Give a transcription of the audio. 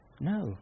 No